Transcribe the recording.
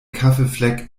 kaffeefleck